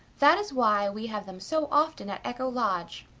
that is why we have them so often at echo lodge.